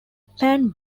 pan